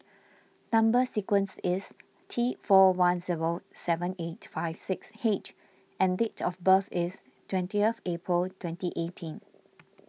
Number Sequence is T four one zero seven eight five six H and date of birth is twentieth April twenty eighteen